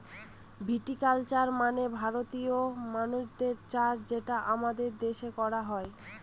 ভিটি culture মানে ভারতীয় মদ্যের চাষ যেটা আমাদের দেশে করা হয়